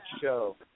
show